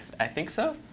i think so.